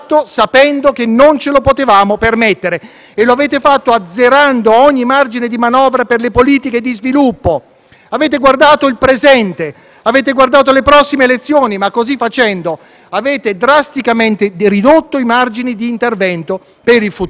Avete guardato al presente, alle prossime elezioni, ma così facendo avete drasticamente ridotto i margini di intervento per il futuro. La vostra legge di bilancio ha ridotto le risorse per gli investimenti pubblici, ha smantellato gli incentivi per gli investimenti privati,